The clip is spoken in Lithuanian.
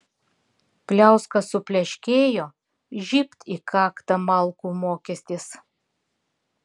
pliauska supleškėjo žybt į kaktą malkų mokestis